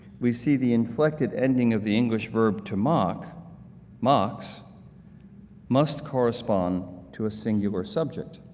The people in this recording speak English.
we see the inflected ending of the english verb to mock mock so must correspond to a singular subject.